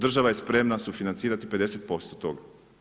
Država je sprema sufinancirati 50% toga.